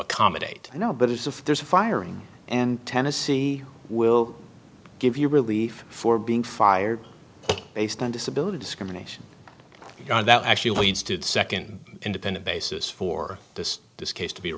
accommodate you know but if there's a fire and tennessee will give you relief for being fired based on disability discrimination that actually leads to the second independent basis for this this case to be